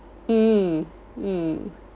mm mm